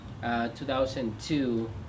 2002